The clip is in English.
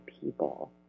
people